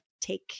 take